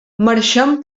marxem